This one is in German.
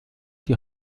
die